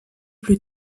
plus